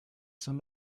son